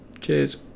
Cheers